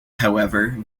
however